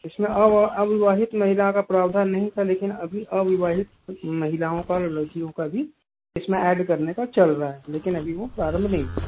इस में अविवाहित महिला का प्रावधान नहीं था लेकिन अभी अविवाहित महिलाओं और लड़कियों का भी इस में ऐड करने का चल रहा है लेकिन अभी वो प्रारंभ नहीं हुआ है